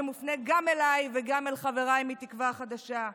שמופנה גם אליי וגם אל חבריי מתקווה חדשה.